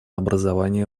образование